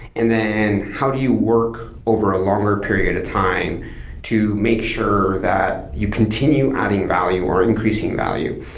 and then how do you work over a longer period of time to make sure that you continue adding value, or increasing value.